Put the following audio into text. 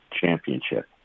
Championship